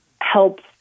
helps